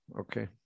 okay